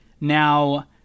Now